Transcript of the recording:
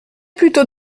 plutôt